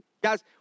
guys